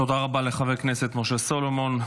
תודה רבה לחבר הכנסת משה סולומון.